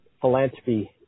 philanthropy